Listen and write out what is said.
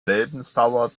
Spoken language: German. lebensdauer